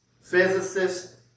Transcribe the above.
physicists